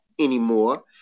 anymore